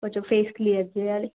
కొంచెం face clear చేయాలి